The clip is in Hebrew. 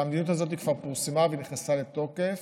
והמדיניות הזאת כבר פורסמה ונכנסה לתוקף.